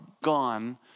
gone